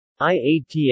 IATA